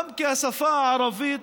גם כשהשפה הערבית